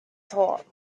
talk